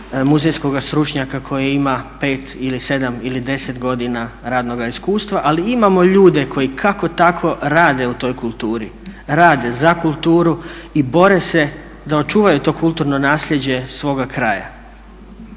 muzejskoga stručnjaka koji ima 5 ili 7 ili 10 godina radnoga iskustva, ali imamo ljude koji kako tako rade u toj kulture, rade za kulturu i bore se da očuvaju to kulturno nasljeđe svoga kraja.